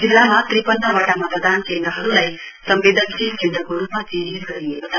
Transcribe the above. जिल्लामा त्रिपन्नवटा मतदान केन्द्रहरुलाई सम्वेदनशील केन्द्रको रुपमा चिन्हित गरिएको छ